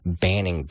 banning